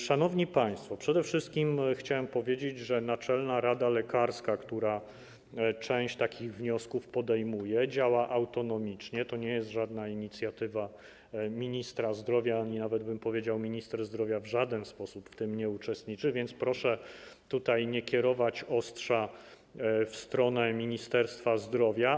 Szanowni państwo, przede wszystkim chciałbym powiedzieć, że Naczelna Rada Lekarska, która część takich wniosków podejmuje, działa autonomicznie, to nie jest żadna inicjatywa ministra zdrowia ani nawet, powiedziałbym, minister zdrowia w żaden sposób w tym nie uczestniczy, więc proszę tutaj nie kierować ostrza w stronę Ministerstwa Zdrowia.